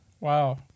Wow